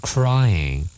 Crying